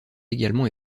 également